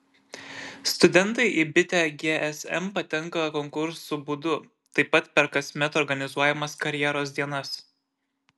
studentai į bitę gsm patenka konkursų būdu taip pat per kasmet organizuojamas karjeros dienas